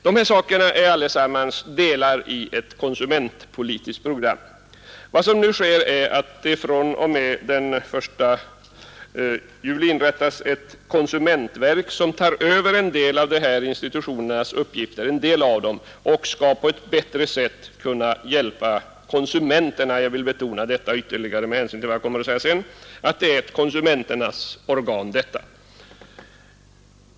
Dessa saker är delar i ett konsumentpolitiskt program. Vad som nu sker är att det från den 1 juli 1973 inrättas ett konsumentverk, som skall överta en del av dessa institutioners uppgifter och på ett bättre sätt kunna hjälpa konsumenterna — jag vill betona ytterligare att detta är konsumenternas organ med hänsyn till vad jag sedan kommer att säga.